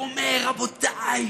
הוא אומר: רבותיי,